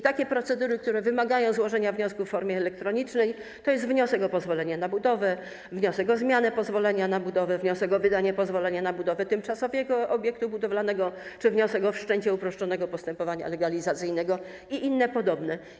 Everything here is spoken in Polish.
Takie procedury, które wymagają złożenia wniosku w formie elektronicznej, to: wniosek o pozwolenie na budowę, wniosek o zmianę pozwolenia na budowę, wniosek o wydanie pozwolenia na budowę tymczasowego obiektu budowlanego, wniosek o wszczęcie uproszczonego postępowania legalizacyjnego i inne podobne.